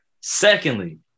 Secondly